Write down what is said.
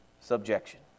subjection